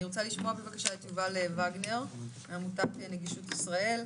אני רוצה לשמוע את יובל וגנר, עמותת נגישות ישראל,